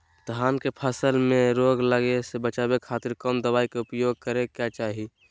धान के फसल मैं रोग लगे से बचावे खातिर कौन दवाई के उपयोग करें क्या चाहि?